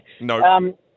No